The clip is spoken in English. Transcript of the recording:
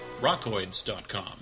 rockoids.com